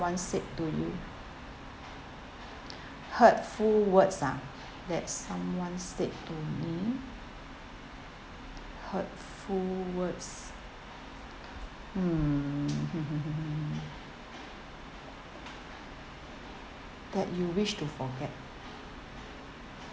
~One said to you hurtful words ah that someone said to me hurtful words hmm mm mm mm mm that you wish to forget